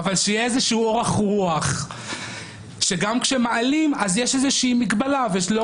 אבל שיהיה איזשהו אורך רוח שגם כשמעלים תהיה איזושהי מגבלה ולא